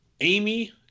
Amy